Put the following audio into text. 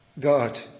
God